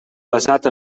basat